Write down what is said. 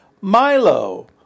Milo